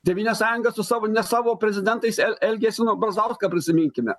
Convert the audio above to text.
tėvynės sąjunga su savo ne savo prezidentais elgiasi nu brazauską prisiminkime